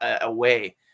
away